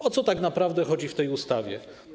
O co tak naprawdę chodzi w tej ustawie?